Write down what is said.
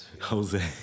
Jose